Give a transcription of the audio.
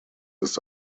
ist